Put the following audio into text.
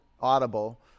Audible